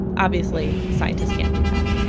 obviously, scientists can't do that!